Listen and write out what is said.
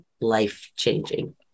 life-changing